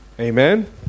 Amen